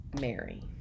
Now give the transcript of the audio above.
Mary